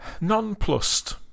nonplussed